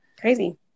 crazy